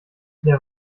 der